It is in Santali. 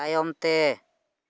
ᱛᱟᱭᱚᱢᱛᱮ